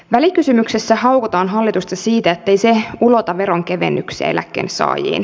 välikysymyksessä haukutaan hallitusta siitä ettei se ulota veronkevennyksiä eläkkeensaajiin